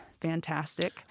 fantastic